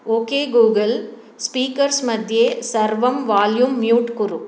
ओ के Google speakers मध्ये सर्वं volume mute कुरु